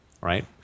right